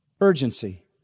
Urgency